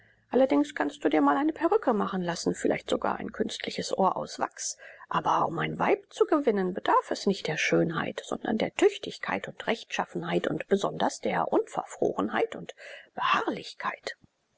allerdings kannst du dir mal eine perücke machen lassen vielleicht sogar ein künstliches ohr aus wachs aber um ein weib zu gewinnen bedarf es nicht der schönheit sondern der tüchtigkeit und rechtschaffenheit und besonders der unverfrorenheit und beharrlichkeit